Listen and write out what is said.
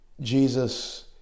Jesus